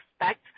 expect